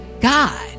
God